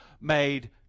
made